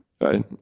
right